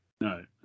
No